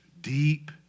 deep